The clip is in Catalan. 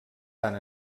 tant